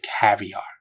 caviar